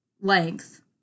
length